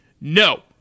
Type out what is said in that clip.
No